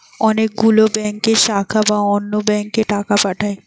অনেক গুলো ব্যাংকের শাখা বা অন্য ব্যাংকে টাকা পাঠায়